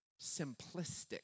simplistic